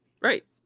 Right